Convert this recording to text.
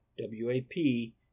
W-A-P